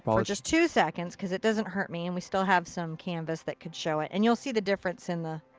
um just two seconds. cause it doesn't hurt me and we still have some canvas that can show it. and you'll see the difference in the.